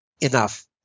enough